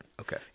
Okay